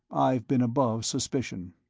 i've been above suspicion.